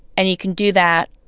and you can do that